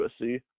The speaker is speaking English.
USC